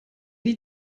die